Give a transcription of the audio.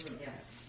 Yes